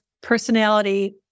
personality